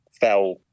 fell